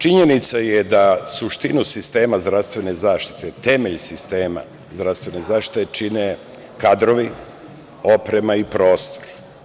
Činjenica je da suštinu sistema zdravstvene zaštite, temelj sistema zdravstvene zaštite čine kadrovi, oprema i prostor.